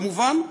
כמובן,